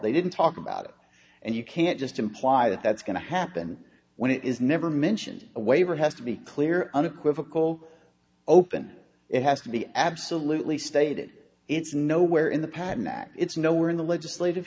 they didn't talk about it and you can't just imply that that's going to happen when it is never mentioned a waiver has to be clear unequivocal open it has to be absolutely stated it's nowhere in the patent act it's nowhere in the legislative